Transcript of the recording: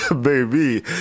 Baby